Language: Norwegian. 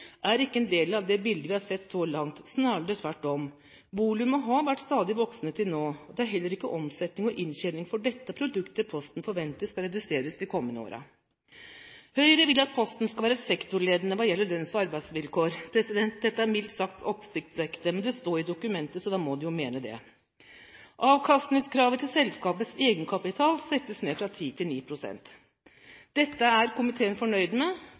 er ikke en del av det bildet vi har sett så langt – snarere tvert om. Volumet har vært stadig voksende til nå. Det er heller ikke omsetning og inntjening for dette produktet Posten forventer skal reduseres de kommende årene. Høyre vil at Posten skal være sektorledende hva gjelder lønns- og arbeidsvilkår. Dette er mildt sagt oppsiktsvekkende, men det står i dokumentet, så da må de jo mene det. Avkastningskravet til selskapets egenkapital settes ned fra ti til ni prosent. Dette er komiteen fornøyd med,